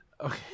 Okay